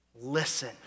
listen